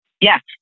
Yes